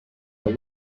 your